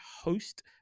host